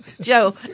Joe